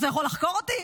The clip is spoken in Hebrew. אז אתה יכול לחקור אותי?